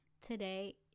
today